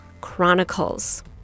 Chronicles